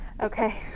Okay